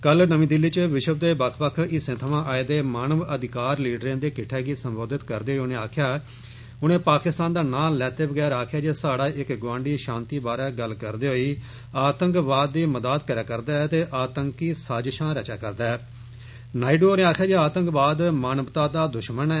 कल नमीं दिल्ली च विश्व दे बक्ख बक्ख हिस्सें थवां आए दे मानव अधिकार लीडरें दे किट्ठै गी संबोधित करदे होई उनें पाकिस्तान दा नांऽ लैते बगैर आक्खेआ जे साहड़ा इक गुआंडी शांति बारै गल्ल करदे होई आतंकवाद दी मदाद करै करदा ते आतंकी साजिशां रचदा ऐ नायडु होरें आक्खेआ जे आतंकवाद मानवता दा दुश्मन ऐ